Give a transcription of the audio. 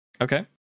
Okay